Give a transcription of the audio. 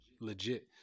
legit